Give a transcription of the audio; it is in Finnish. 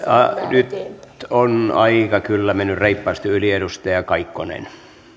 nyt on aika kyllä mennyt reippaasti yli edustaja kaikkonen